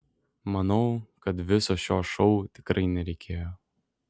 manau kad viso šio šou tikrai nereikėjo